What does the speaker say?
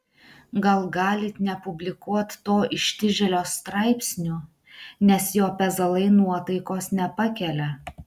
gal galit nepublikuot to ištižėlio straipsnių nes jo pezalai nuotaikos nepakelia